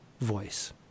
voice